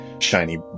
shiny